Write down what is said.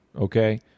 okay